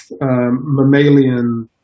mammalian